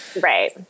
Right